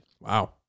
Wow